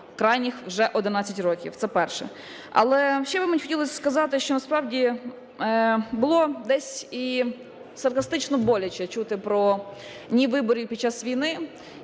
крайніх уже 11 років. Це перше. Але ще мені хотілось би сказати, що насправді було десь і саркастично боляче чути про "ні виборів" під час війни,